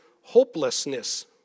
hopelessness